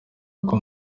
uko